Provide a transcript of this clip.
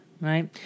right